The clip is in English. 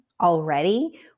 already